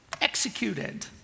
executed